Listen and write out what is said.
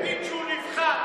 נגיד שהוא נבחר,